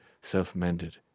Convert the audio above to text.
self-mended